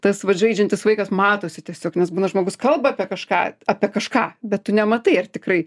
tas vat žaidžiantis vaikas matosi tiesiog nes būna žmogus kalba apie kažką apie kažką bet tu nematai ar tikrai